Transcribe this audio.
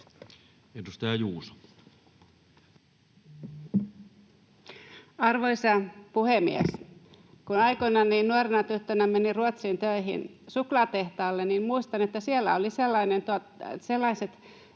Content: Arvoisa puhemies! Kun aikoinani nuorena tyttönä menin Ruotsiin töihin suklaatehtaalle, niin muistan, että siellä oli sellaiset